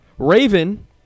Raven